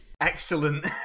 excellent